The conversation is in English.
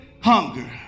hunger